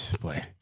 boy